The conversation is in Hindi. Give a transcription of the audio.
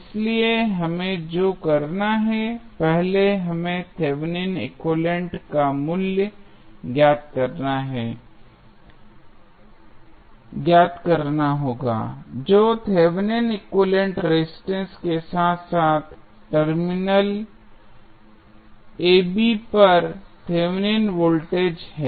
इसलिए हमें जो करना है पहले हमें थेवेनिन एक्विवैलेन्ट Thevenins equivalent का मूल्य ज्ञात करना होगा जो Thevenin equivalent Thevenins equivalent resistance के साथ साथ टर्मिनल ab पर थेवेनिन वोल्टेज है